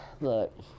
look